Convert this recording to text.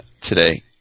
today